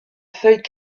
feuilles